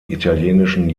italienischen